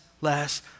less